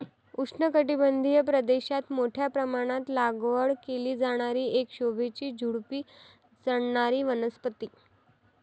उष्णकटिबंधीय प्रदेशात मोठ्या प्रमाणात लागवड केली जाणारी एक शोभेची झुडुपी चढणारी वनस्पती